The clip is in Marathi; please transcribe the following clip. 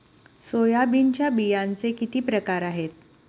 सोयाबीनच्या बियांचे किती प्रकार आहेत?